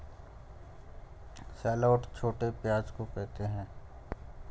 shallot छोटे प्याज़ को कहते है